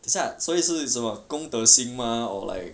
等下所以是什么公德心吗 or like